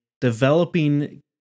developing